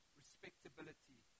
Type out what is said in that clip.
respectability